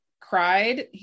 cried